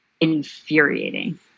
infuriating